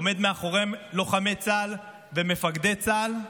עומד מאחורי לוחמי צה"ל ומפקדי צה"ל.